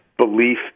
belief